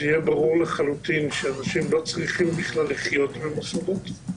זה יהיה ברור לחלוטין שאנשים לא צריכים בכלל לחיות במוסדות.